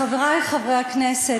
חברי חברי הכנסת,